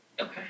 Okay